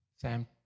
Sam